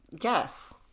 Yes